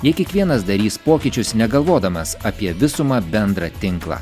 jei kiekvienas darys pokyčius negalvodamas apie visumą bendrą tinklą